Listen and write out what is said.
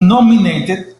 nominated